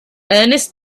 ernst